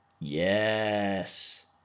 Yes